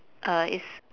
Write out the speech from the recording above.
uh is